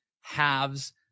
halves